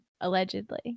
allegedly